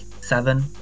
seven